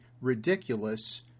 ridiculous